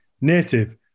native